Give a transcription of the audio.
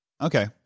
Okay